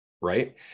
right